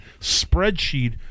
spreadsheet